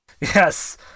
Yes